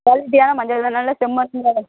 குவாலிட்டியான மஞ்சள் தான் நல்ல செம்மஞ்சள்